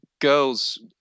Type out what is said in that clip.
girls